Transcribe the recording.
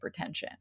hypertension